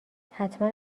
حتما